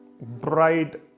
bride